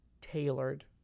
tailored